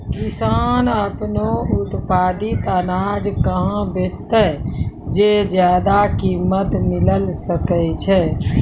किसान आपनो उत्पादित अनाज कहाँ बेचतै जे ज्यादा कीमत मिलैल सकै छै?